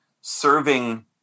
serving